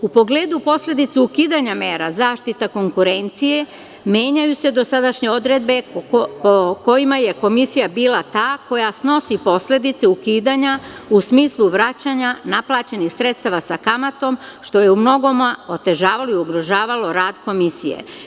U pogledu posledice ukidanja mera zaštite konkurencije menjaju se dosadašnje odredbe po kojima je Komisija bila ta koja snosi posledice ukidanja u smislu vraćanja naplaćenih sredstava sa kamatom, što je umnogome otežavalo i ugrožavalo rad Komisije.